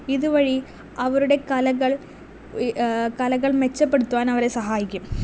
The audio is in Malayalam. ഇതുവഴി അവരുടെ കലകൾ കലകൾ മെച്ചപ്പെടുത്തുവാൻ അവരെ സഹായിക്കും